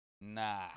Nah